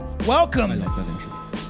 Welcome